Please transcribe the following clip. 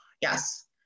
Yes